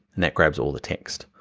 and that grabs all of the text.